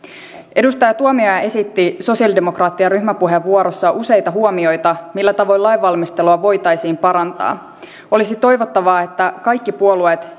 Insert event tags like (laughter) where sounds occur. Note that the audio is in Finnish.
edustaja tuomioja esitti sosialidemokraattien ryhmäpuheenvuorossa useita huomiota millä tavoin lainvalmistelua voitaisiin parantaa olisi toivottavaa että kaikki puolueet (unintelligible)